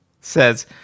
says